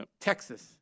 Texas